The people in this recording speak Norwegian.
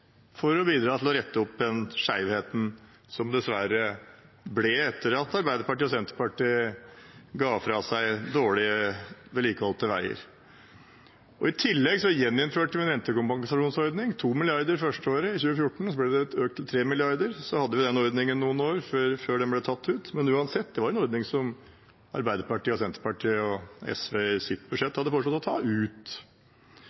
for å bidra til å rette opp igjen skjevheten som dessverre ble etter at Arbeiderpartiet og Senterpartiet ga fra seg dårlig vedlikeholdte veier. I tillegg gjeninnførte vi en rentekompensasjonsordning – 2 mrd. kr det første året, i 2014, og så ble det økt til 3 mrd. kr. Vi hadde den ordningen noen år før den ble tatt ut. Men uansett: Det var en ordning som Arbeiderpartiet, Senterpartiet og SV i sitt budsjett